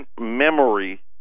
memory